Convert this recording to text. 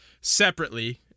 separately